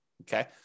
Okay